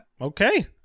okay